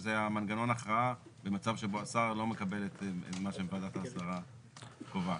שזה מנגנון הכרעה במצב שבו השר לא מקבל את מה שוועדת ההסדרה קובעת.